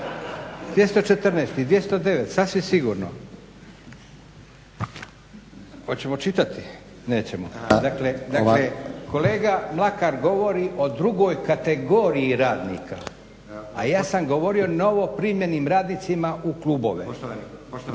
214. i 209. sasvim sigurno. Oćemo čitati? Nećemo. Dakle, kolega Mlakar govori o drugoj kategoriji radnika, a ja sam govorio novoprimljenim radnicima u klubove. **Stazić,